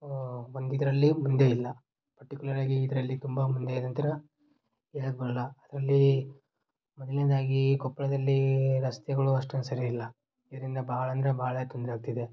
ಓ ಒಂದು ಇದರಲ್ಲಿ ಮುಂದೆ ಇಲ್ಲ ಪಟ್ಟಿಕ್ಯುಲರಾಗಿ ಇದರಲ್ಲಿ ತುಂಬ ಮುಂದೆ ಇದೆ ಅಂತ ಹೇಳಕ್ಕೆ ಬರೋಲ್ಲ ಅದರಲ್ಲಿ ಮೊದಲ್ನೆಯದಾಗಿ ಕೊಪ್ಪಳದಲ್ಲಿ ರಸ್ತೆಗಳು ಅಷ್ಟೊಂದು ಸರಿ ಇಲ್ಲ ಇದರಿಂದ ಭಾಳ ಅಂದರೆ ಭಾಳ ತೊಂದರೆಯಾಗ್ತಿದೆ